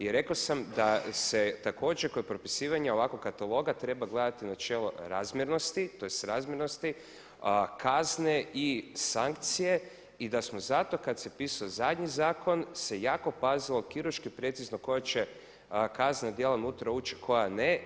I rekao sam da se također kod propisivanja ovakvog kataloga treba gledati načelo razmjernosti, tj. srazmjernosti a kazne i sankcije i da smo zato kad se pisao zadnji zakon se jako pazilo kirurški precizno koja će kaznena djela unutra ući, koja ne.